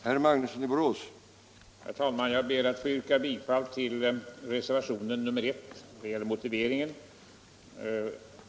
Herr talman! Jag ber att få yrka bifall till reservationen 1 när det gäller motiveringen.